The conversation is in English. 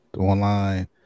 online